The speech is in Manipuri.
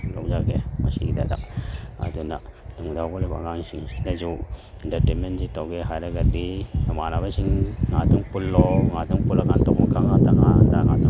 ꯂꯧꯖꯒꯦ ꯃꯁꯤꯒꯤꯗꯩꯗ ꯑꯗꯨꯅ ꯇꯨꯡꯗ ꯍꯧꯒꯠꯂꯛꯏꯕ ꯑꯉꯥꯡꯁꯤꯡꯁꯤꯗꯁꯨ ꯏꯟꯇꯔꯇꯦꯟꯃꯦꯟꯁꯦ ꯇꯧꯒꯦ ꯍꯥꯏꯔꯒꯗꯤ ꯃꯃꯥꯟꯅꯕꯁꯤꯡ ꯉꯥꯏꯍꯛꯇꯪ ꯄꯨꯜꯂꯣ ꯉꯥꯏꯍꯥꯛꯇꯪ ꯄꯨꯜꯂ ꯀꯥꯟꯗ ꯇꯧꯕꯝ ꯈꯪꯉꯛꯇ꯭ꯔꯥꯀꯥꯟꯗ